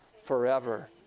forever